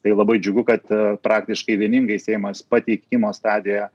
tai labai džiugu kad praktiškai vieningai seimas pateikimo stadijoje